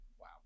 Wow